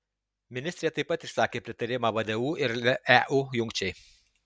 ministrė taip pat išsakė pritarimą vdu ir leu jungčiai